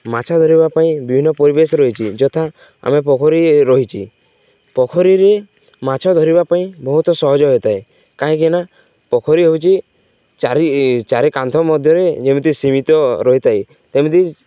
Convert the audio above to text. ମାଛ ଧରିବା ପାଇଁ ବିଭିନ୍ନ ପରିବେଶ ରହିଛି ଯଥା ଆମେ ପୋଖରୀ ରହିଛି ପୋଖରୀରେ ମାଛ ଧରିବା ପାଇଁ ବହୁତ ସହଜ ହୋଇଥାଏ କାହିଁକିନା ପୋଖରୀ ହେଉଛି ଚାରି ଚାରି କାନ୍ଥ ମଧ୍ୟରେ ଯେମିତି ସୀମିତ ରହିଥାଏ ସେମିତି